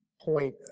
point